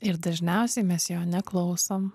ir dažniausiai mes jo neklausom